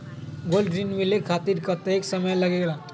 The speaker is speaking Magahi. गोल्ड ऋण मिले खातीर कतेइक समय लगेला?